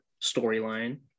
storyline